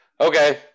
Okay